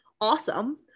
awesome